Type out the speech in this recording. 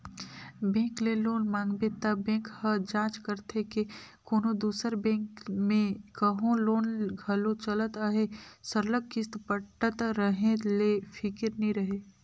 bank ले loan मांगबे त बेंक ह जांच करथे के कोनो दूसर बेंक में कहों लोन घलो चलत अहे सरलग किस्त पटत रहें ले फिकिर नी रहे